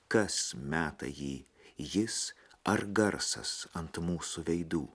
kas meta jį jis ar garsas ant mūsų veidų